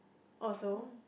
also